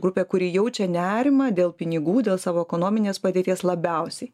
grupė kuri jaučia nerimą dėl pinigų dėl savo ekonominės padėties labiausiai